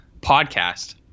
podcast